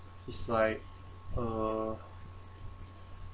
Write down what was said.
is like err